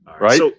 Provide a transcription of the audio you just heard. Right